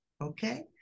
okay